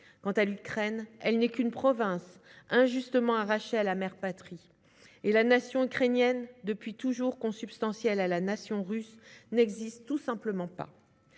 Quant à l'Ukraine, elle n'est qu'une province injustement arrachée à la mère patrie. Et la nation ukrainienne, depuis toujours consubstantielle à la nation russe, n'existe tout simplement pas.